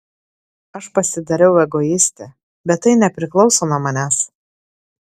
aš pasidarau egoistė bet tai nepriklauso nuo manęs